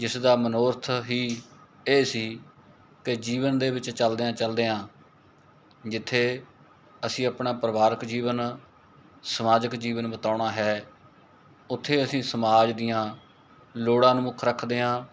ਜਿਸ ਦਾ ਮਨੋਰਥ ਹੀ ਇਹ ਸੀ ਕਿ ਜੀਵਨ ਦੇ ਵਿੱਚ ਚਲਦਿਆਂ ਚਲਦਿਆਂ ਜਿੱਥੇ ਅਸੀਂ ਆਪਣਾ ਪਰਿਵਾਰਕ ਜੀਵਨ ਸਮਾਜਿਕ ਜੀਵਨ ਬਿਤਾਉਣਾ ਹੈ ਉੱਥੇ ਅਸੀਂ ਸਮਾਜ ਦੀਆਂ ਲੋੜਾਂ ਨੂੰ ਮੁੱਖ ਰੱਖਦੇ ਹਾਂ